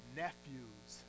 nephews